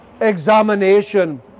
examination